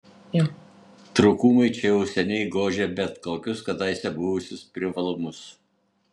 trūkumai čia jau seniai gožia bet kokius kadaise buvusius privalumus